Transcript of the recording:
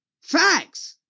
Facts